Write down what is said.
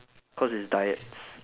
cause his diet's